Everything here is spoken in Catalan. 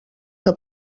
que